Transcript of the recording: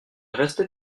restait